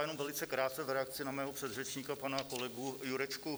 Jenom velice krátce v reakci na mého předřečníka, pana kolegu Jurečku.